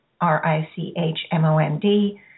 R-I-C-H-M-O-N-D